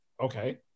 Okay